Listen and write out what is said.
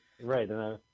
Right